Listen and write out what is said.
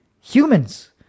humans